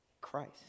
Christ